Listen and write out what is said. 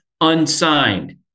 Unsigned